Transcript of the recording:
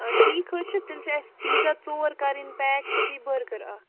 آ ٹھیٖک حظ چھُ تیٚلہِ چھِ اَسہِ پیٖزا ژور کَرٕنۍ پیک تہٕ بیٚیہِ بٔرگَر اَکھ